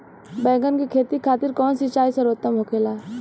बैगन के खेती खातिर कवन सिचाई सर्वोतम होखेला?